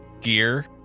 gear